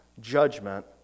judgment